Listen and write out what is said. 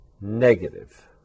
negative